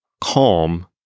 calm